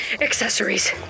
accessories